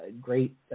great